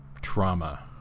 trauma